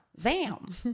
Zam